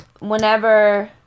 whenever